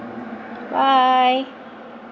bye